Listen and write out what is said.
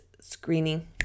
screening